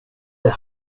det